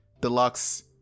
Deluxe